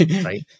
right